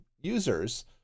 users